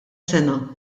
sena